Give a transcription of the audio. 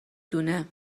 دونه